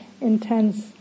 intense